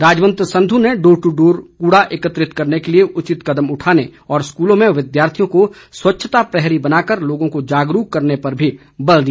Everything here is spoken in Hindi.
राजवंत संधू ने डोर ट्र डोर कूड़ा एकत्रित करने के लिए उचित कदम उठाने और स्कूलों में विद्यार्थियों को स्वच्छता प्रहरी बनाकर लोगों को जागरूक करने पर भी बल दिया